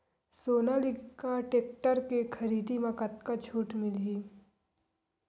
Sonalika tractor के खरीदी मा कतका छूट मीलही?